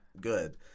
good